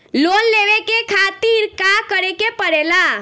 Loan लेवे के खातिर का करे के पड़ेला?